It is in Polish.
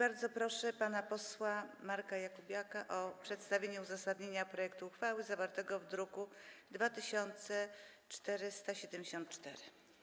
I bardzo proszę pana posła Marka Jakubiaka o przedstawienie uzasadnienia projektu uchwały zawartego w druku nr 2474.